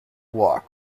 walk